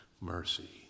mercy